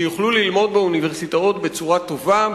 שיוכלו ללמוד באוניברסיטאות בצורה טובה,